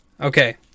Okay